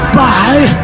bye